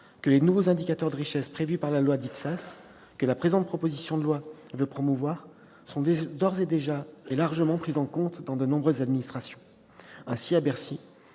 que les nouveaux indicateurs de richesse prévus par la loi dite « Sas », que la présente proposition de loi veut promouvoir, sont d'ores et déjà largement pris en compte dans de nombreuses administrations. Ainsi, à Bercy,